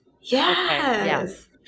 Yes